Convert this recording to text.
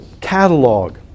catalog